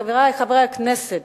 חברי חברי הכנסת,